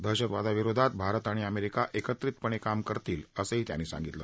दहशतवादाविरोधात भारत आणि अमेरिका एकत्रितपणे काम करतील असंही त्यांनी यावेळी सांगितलं